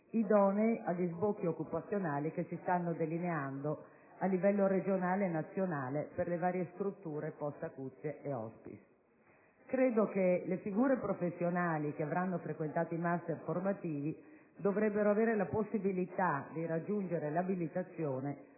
idonei agli sbocchi occupazionali che si stanno delineando a livello regionale e nazionale per le varie strutture post-acuzie e *hospice*. Credo che le figure professionali che avranno frequentato i *master* formativi dovrebbero avere la possibilità di raggiungere l'abilitazione